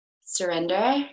surrender